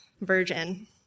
virgin